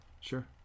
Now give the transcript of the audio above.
Sure